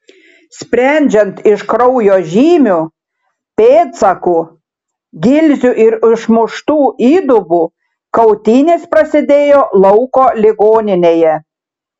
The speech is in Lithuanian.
sprendžiant iš kraujo žymių pėdsakų gilzių ir išmuštų įdubų kautynės prasidėjo lauko ligoninėje